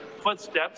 footsteps